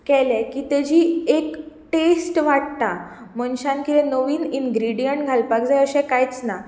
केलें की तेची एक टेस्ट वाडटा मनशान कितें नवीन इंग्रेडियन्ट घालपाक जाय अशें कांयच ना